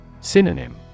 Synonym